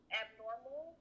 abnormal